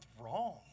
wrong